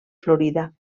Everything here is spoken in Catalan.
florida